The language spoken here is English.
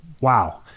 Wow